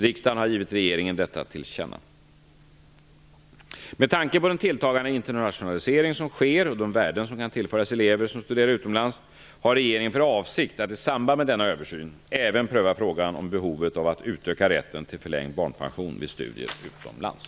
Riksdagen har givit regeringen detta till känna. Med tanke på den tilltagande internationalisering som sker och de värden som kan tillföras elever som studerar utomlands har regeringen för avsikt att i samband med denna översyn även pröva frågan om behovet av att utöka rätten till förlängd barnpension vid studier utomlands.